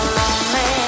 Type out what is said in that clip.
lonely